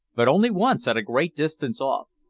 but only once at a great distance off.